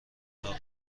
اتاق